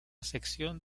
sección